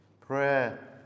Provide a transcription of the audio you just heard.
Prayer